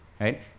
right